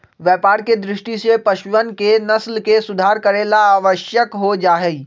व्यापार के दृष्टि से पशुअन के नस्ल के सुधार करे ला आवश्यक हो जाहई